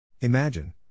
Imagine